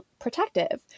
protective